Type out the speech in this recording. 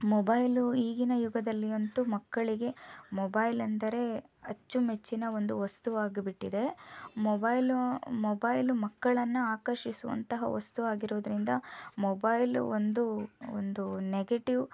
mobile ಈಗಿನ ಯುಗದಲ್ಲಿ ಅಂತೂ ಮಕ್ಕಳಿಗೆ ಮೊಬೈಲ್ ಎಂದರೆ ಅಚ್ಚುಮೆಚ್ಚಿನ ಒಂದು ವಸ್ತುವಾಗಿಬಿಟ್ಟಿದೆ ಮೊಬೈಲು ಮೊಬೈಲು ಮಕ್ಕಳನ್ನು ಆಕರ್ಷಿಸುವಂತಹ ವಸ್ತುವಾಗಿರುವುದರಿಂದ ಮೊಬೈಲ್ ಒಂದು ಒಂದು ನೆಗೆಟಿವ್